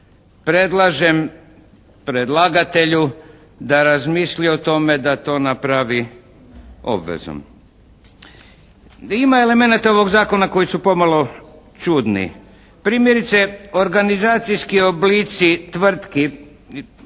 Predlažem predlagatelju da razmisli o tome da to napravi obvezom. Ima elemenata ovog zakona koji su pomalo čudni. Primjerice organizacijski oblici tvrtki